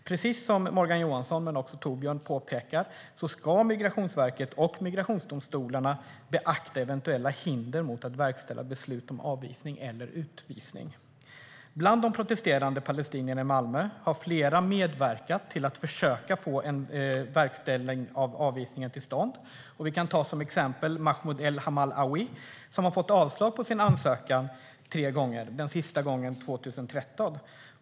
Precis som Morgan Johansson och Torbjörn påpekat ska Migrationsverket och migrationsdomstolarna beakta eventuella hinder mot att verkställa beslut om avvisning eller utvisning. Bland de protesterande palestinierna i Malmö har flera medverkat till försök att få en avvisning till stånd. Vi kan som exempel ta Mahmoud El Hamal-Awi, som fått avslag på sin ansökan tre gånger. Den sista gången var i början av 2013.